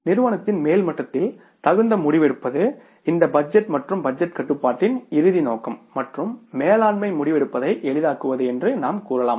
நிறுவனத்தின் மேல் மட்டத்தில் தகுந்த முடிவெடுப்பது இந்த பட்ஜெட் மற்றும் பட்ஜெட் கட்டுப்பாட்டின் இறுதி நோக்கம் மற்றும் மேலாண்மை முடிவெடுப்பதை எளிதாக்குவது என்று நாம் கூறலாம்